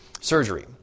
surgery